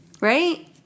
Right